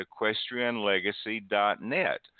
equestrianlegacy.net